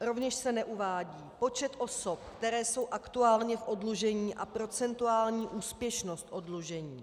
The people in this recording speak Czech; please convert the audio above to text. Rovněž se neuvádí počet osob, které jsou aktuálně v oddlužení a procentuální úspěšnost oddlužení.